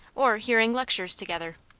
or hearing lectures together.